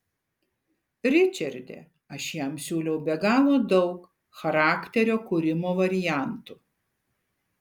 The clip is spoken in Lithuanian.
ričarde aš jam siūliau be galo daug charakterio kūrimo variantų